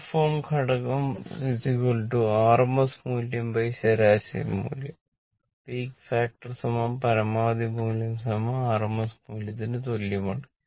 r form ഘടകം RMS മൂല്യം ശരാശരി മൂല്യം rപീക്ക് ഫാക്ടർ പരമാവധി മൂല്യം RMS മൂല്യത്തിന് തുല്യമാണ്